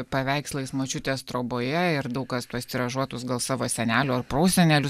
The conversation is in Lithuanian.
paveikslais močiutės troboje ir daug kas pa si ra žuo tus gal savo senelių ar prosenelių